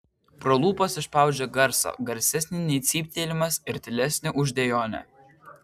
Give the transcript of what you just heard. pro lūpas išspaudžia garsą garsesnį nei cyptelėjimas ir tylesnį už dejonę